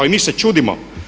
I mi se čudimo.